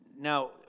Now